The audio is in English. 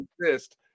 exist